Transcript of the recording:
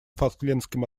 фолклендским